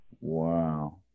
Wow